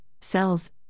cells